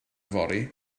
fory